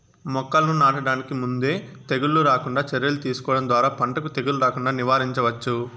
మొక్కలను నాటడానికి ముందే తెగుళ్ళు రాకుండా చర్యలు తీసుకోవడం ద్వారా పంటకు తెగులు రాకుండా నివారించవచ్చు